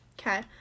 Okay